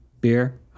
Beer